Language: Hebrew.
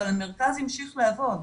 אבל המרכז המשיך לעבוד.